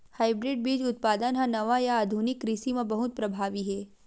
hybrid बीज उत्पादन हा नवा या आधुनिक कृषि मा बहुत प्रभावी हे